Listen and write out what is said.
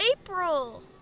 April